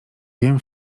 wiem